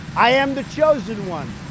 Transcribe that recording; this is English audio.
i am the chosen one.